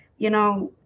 you know,